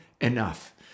enough